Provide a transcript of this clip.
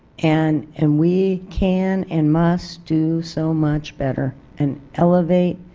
and and we can and must do so much better. and elevates,